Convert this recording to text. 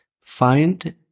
find